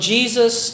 Jesus